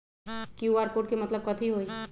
QR code के मतलब कथी होई?